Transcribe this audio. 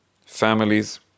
families